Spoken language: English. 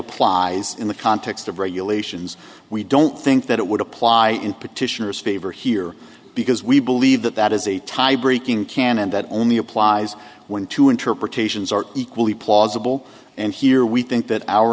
applies in the context of regulations we don't think that it would apply in petitioners favor here because we believe that that is a tie breaking canon that only applies when two interpretations are equally plausible and here we think that our